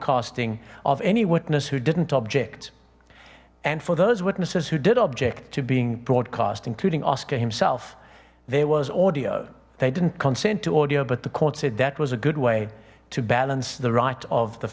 broadcasting of any witness who didn't object and for those witnesses who did object to being broadcast including oscar himself there was audio they didn't consent to audio but the court said that was a good way to balance the right of the